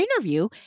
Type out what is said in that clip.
interview